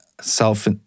Self